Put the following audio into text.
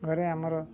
ଘରେ ଆମର